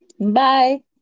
Bye